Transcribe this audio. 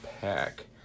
pack